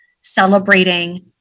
celebrating